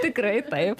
tikrai taip